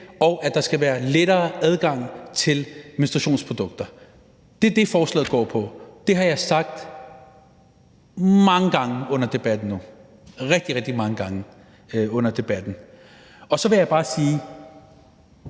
og at der skal være lettere adgang til menstruationsprodukter. Det er det, forslaget går på. Det har jeg sagt mange gange under debatten nu – rigtig, rigtig mange gange under debatten. Så vil jeg bare sige,